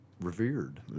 Revered